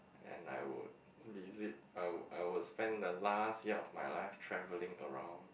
and I would visit I would I would spend the last year of my life travelling around